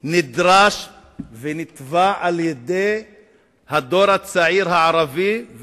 נדרשה ונתבעה על-ידי הדור הצעיר הערבי,